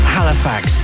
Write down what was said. Halifax